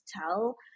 tell